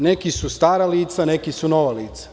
Neki su stara lica, a neki su nova lica.